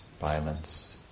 violence